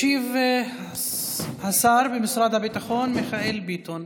ישיב השר במשרד הביטחון מיכאל ביטון.